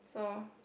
no